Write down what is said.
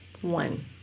One